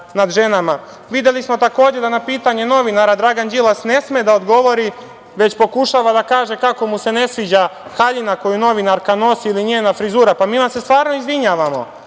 ženama. Videli smo takođe da na pitanje novinara Dragan Đilas ne sme da odgovori, već pokušava da kaže kako mu se ne sviđa haljina koju novinarka nosi ili njena frizura. Mi vam se stvarno izvinjavamo